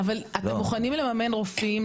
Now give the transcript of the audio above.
אבל אתם מוכנים לממן רופאים,